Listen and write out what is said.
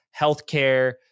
healthcare